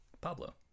Pablo